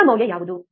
ಹೊಸ ಮೌಲ್ಯ ಯಾವುದು